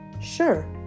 sure